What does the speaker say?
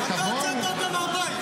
נגד המשתמטים.